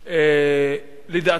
לדעתי,